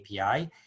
API